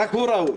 רק הוא ראוי.